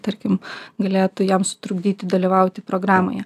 tarkim galėtų jam sutrukdyti dalyvauti programoje